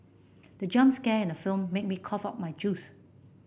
the jump scare in the film made me cough out my juice